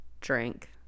drink